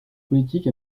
politique